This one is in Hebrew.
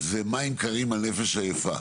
זה מים קרים על נפש עייפה,